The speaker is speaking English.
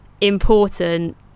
important